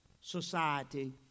society